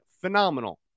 phenomenal